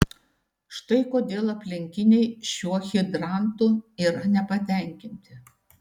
štai kodėl aplinkiniai šiuo hidrantu yra nepatenkinti